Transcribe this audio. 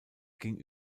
ging